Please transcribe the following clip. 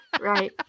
right